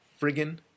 friggin